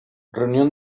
reunión